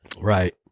right